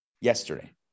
yesterday